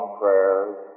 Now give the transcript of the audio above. prayers